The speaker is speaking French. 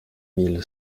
mille